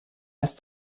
ist